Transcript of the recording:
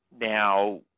Now